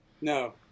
No